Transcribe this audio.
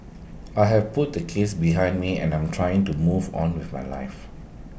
I have put the case behind me and I'm trying to move on with my life